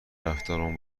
رفتارمان